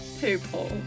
people